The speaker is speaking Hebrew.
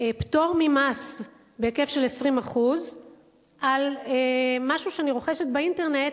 פטור ממס בהיקף של 20% על משהו שאני רוכשת באינטרנט.